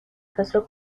casó